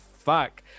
Fuck